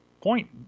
point